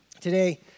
today